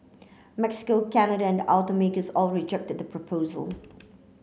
Mexico Canada and automakers all reject that proposal